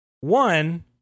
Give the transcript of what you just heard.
one